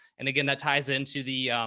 and again, that ties into the,